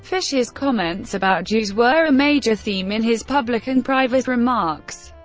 fischer's comments about jews were a major theme in his public and private remarks.